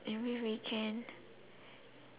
every weekend